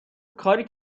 کاری